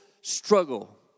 struggle